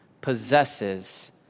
possesses